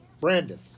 Brandon